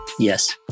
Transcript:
Yes